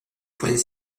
poings